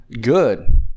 good